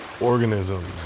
organisms